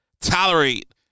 tolerate